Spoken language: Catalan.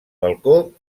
balcó